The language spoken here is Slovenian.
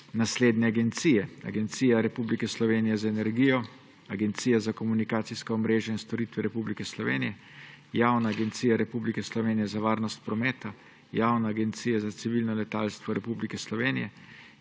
naslednje agencije: Agencija Republike Slovenije za energijo, Agencija za komunikacijska omrežja in storitve Republike Slovenije, Javna agencija Republike Slovenije za varnost prometa, Javna agencija za civilno letalstvo Republike Slovenije,